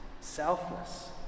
selfless